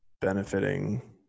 benefiting